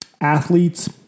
Athletes